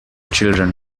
children